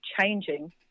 changing